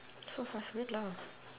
so fast wait lah